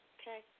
Okay